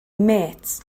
mêts